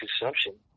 consumption